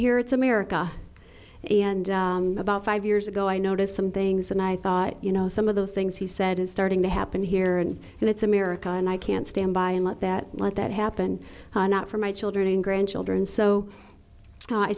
here it's america and about five years ago i noticed some things and i thought you know some of those things he said is starting to happen here and it's america and i can't stand by and let that let that happen not for my children and grandchildren so i